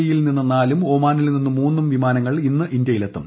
E യിൽ നിന്ന് നാലും ഒമാനിൽ നിന്ന് മൂന്നും വിമാനങ്ങൾ ഇന്ന് ഇന്തൃയിലെത്തും